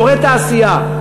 אזורי תעשייה,